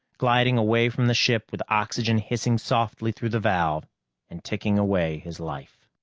gliding away from the ship, with oxygen hissing softly through the valve and ticking away his life.